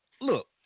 Look